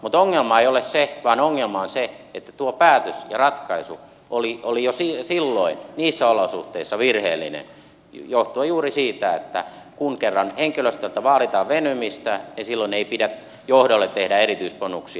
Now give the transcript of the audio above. mutta ongelma ei ole se vaan ongelma on se että tuo päätös ja ratkaisu oli jo silloin niissä olosuhteissa virheellinen johtuen juuri siitä että kun kerran henkilöstöltä vaaditaan venymistä niin silloin ei pidä johdolle tehdä erityisbonuksia